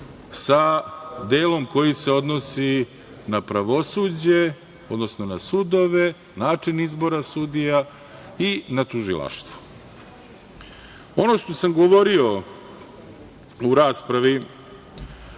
sa delom koji se odnosi na pravosuđe, odnosno na sudove, način izbora sudija i na tužilaštvo. Ono što sam govorio u raspravi